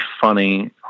funny